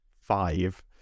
five